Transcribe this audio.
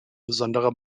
besonderer